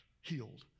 healed